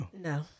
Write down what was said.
No